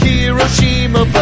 Hiroshima